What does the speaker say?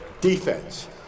Defense